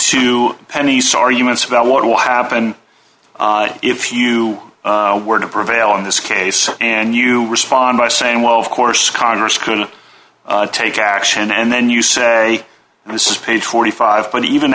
to penny's arguments about what will happen if you were to prevail in this case and you respond by saying well of course congress could take action and then you say this is page forty five but even